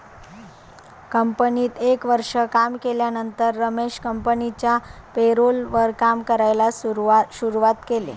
कंपनीत एक वर्ष काम केल्यानंतर रमेश कंपनिच्या पेरोल वर काम करायला शुरुवात केले